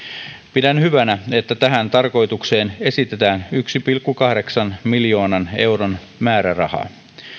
pidän hyvänä että tähän tarkoitukseen esitetään yhden pilkku kahdeksan miljoonan euron määrärahaa